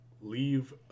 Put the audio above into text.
leave